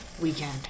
weekend